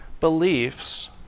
beliefs